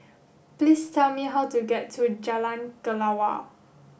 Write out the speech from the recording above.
please tell me how to get to Jalan Kelawar